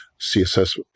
CSS